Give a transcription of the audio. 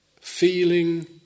feeling